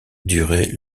duré